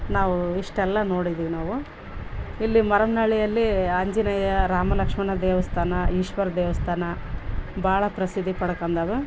ನಾವು ಇಷ್ಟೆಲ್ಲ ನೋಡಿದ್ದೀವಿ ನಾವು ಇಲ್ಲಿ ಮರಮ್ನಳ್ಳಿಯಲ್ಲಿ ಆಂಜನೇಯ ರಾಮಲಕ್ಷ್ಮಣ ದೇವಸ್ಥಾನ ಈಶ್ವರ ದೇವಸ್ಥಾನ ಭಾಳ ಪ್ರಸಿದ್ಧಿ ಪಡ್ಕೊಂದವು